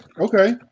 Okay